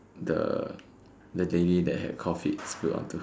the the lady that had Coffee spilled onto